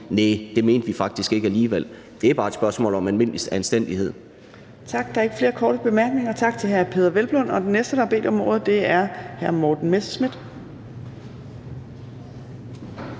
Næh, det mente vi faktisk ikke alligevel. Det er bare et spørgsmål om almindelig anstændighed.